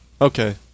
Okay